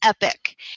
epic